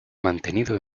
mantenido